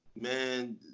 Man